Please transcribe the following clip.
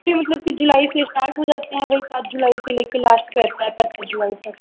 फिर मतलब कि जुलाई से स्टार्ट हो जाते हैं वहीं सात जुलाई से ले के लास्ट पच्चीस जुलाई तक